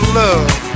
love